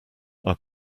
are